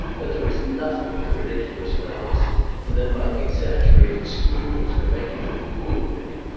that there was nothing in the ridiculous relics and that my exaggerated scruples were making a fool of me.